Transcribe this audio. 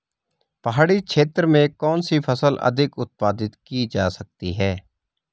पहाड़ी क्षेत्र में कौन सी फसल अधिक उत्पादित की जा सकती है?